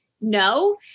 no